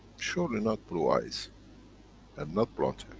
surely not blue eyes and not blond hair.